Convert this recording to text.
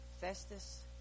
Festus